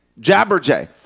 Jabberjay